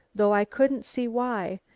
though i couldn't see why,